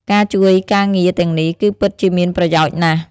ការជួយការងារទាំងនេះ គឺពិតជាមានប្រយោជន៍ណាស់។